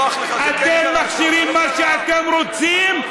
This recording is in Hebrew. אתם מכשירים מה שאתם רוצים,